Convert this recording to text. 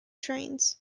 trains